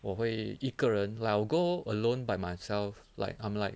我会一个人 like I'll go alone by myself like I'm like